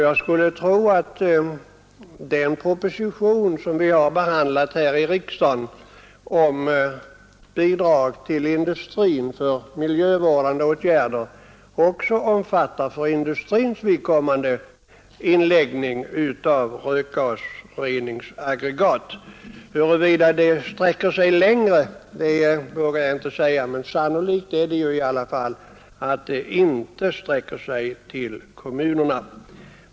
Jag skulle tro att den proposition som vi har behandlat här i riksdagen om bidrag till industrin för miljövårdande åtgärder också omfattar för industrins vidkommande installation av rökgasreningsaggregat. Huruvida dessa bidragsmöjligheter sträcker sig längre vågar jag 131 inte säga, men sannolikt är att de inte sträcker sig till kommunerna.